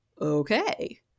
okay